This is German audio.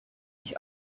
ich